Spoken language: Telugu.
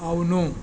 అవును